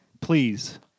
please